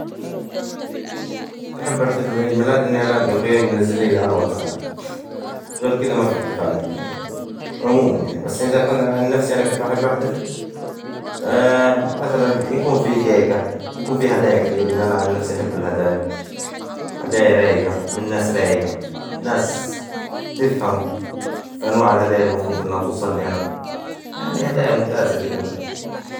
أحب احتفل بعيد ميلادي إني ألاقي أخوياي منزلين لي على الواتس حلات غير كذا ما في احتفال عندنا يعني عموما، يعني بس إذا كنت عن نفسي أنا كيف احب احتفل? مثلا يكون في كيكة، يكون في هدايا كثير إني أنا عن نفسي أحب الهدايا، هدايا رايجة من ناس رايجة، ناس تفهم في أنواع الهدايا المفروظ إنها توصل لي أنا. يعني هدايا ممتازة كدا.